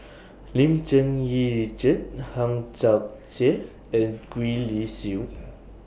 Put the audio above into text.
Lim Cherng Yih Richard Hang Chang Chieh and Gwee Li Sui